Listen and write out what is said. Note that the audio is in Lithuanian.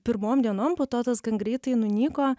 pirmom dienom po to tas gan greitai nunyko